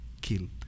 killed